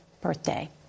birthday